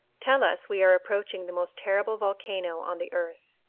tell us we are approaching the most terrible volcano on the earth.